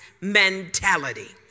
mentality